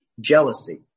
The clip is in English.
jealousy